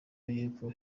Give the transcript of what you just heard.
yepfo